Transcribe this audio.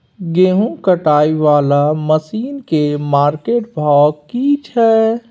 गेहूं कटाई वाला मसीन के मार्केट भाव की छै?